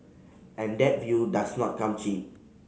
and that view does not come cheap